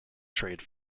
trade